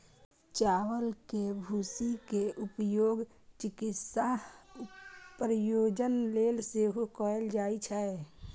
चावल के भूसी के उपयोग चिकित्सा प्रयोजन लेल सेहो कैल जाइ छै